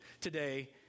today